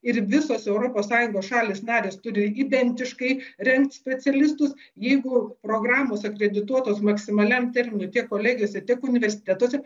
ir visos europos sąjungos šalys narės turi identiškai rengt specialistus jeigu programos akredituotos maksimaliam terminui tiek kolegijose tiek universitetuose